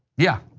yeah.